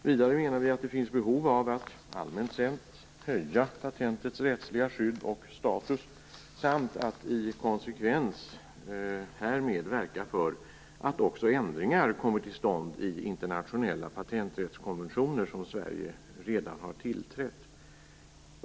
Vidare menar vi att det finns behov av att allmänt sett höja patentets rättsliga skydd och status samt att i konsekvens härmed verka för att också ändringar kommer till stånd i internationella patenträttskonventioner som Sverige redan tillträtt.